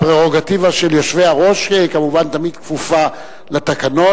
הפררוגטיבה של יושבי-הראש כמובן תמיד כפופה לתקנון.